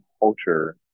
culture